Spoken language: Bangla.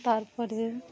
তার পরে